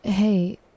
Hey